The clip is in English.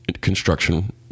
construction